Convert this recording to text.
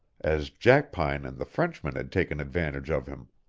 as jackpine and the frenchman had taken advantage of him?